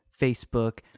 Facebook